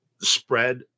spread